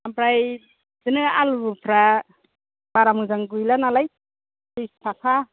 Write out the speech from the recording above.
ओमफ्राय बिदिनो आलुफ्रा बारा मोजां गैला नालाय बिस थाखा